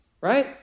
right